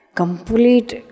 complete